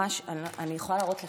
אני יכולה להראות לך,